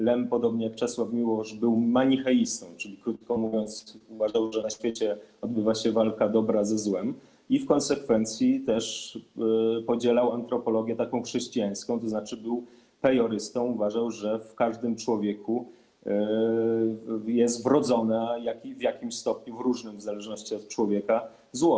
Lem, podobnie jak Czesław Miłosz, był manicheistą, czyli krótko mówiąc, uważał, że na świecie odbywa się walka dobra ze złem, w konsekwencji podzielał też antropologię chrześcijańską, tzn. był pejorystą, uważał, że w każdym człowieku jest wrodzone w jakimś stopniu, w różnym, w zależności od człowieka, zło.